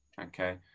okay